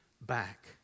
back